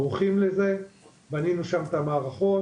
שלום לכולם,